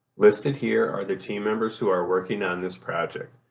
listed here are the team members who are working on this project.